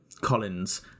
Collins